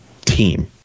team